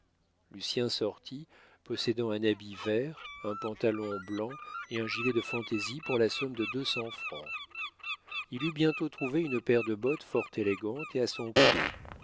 mode lucien sortit possédant un habit vert un pantalon blanc et un gilet de fantaisie pour la somme de deux cents francs il eut bientôt trouvé une paire de bottes fort élégante et à son pied